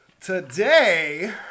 Today